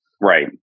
Right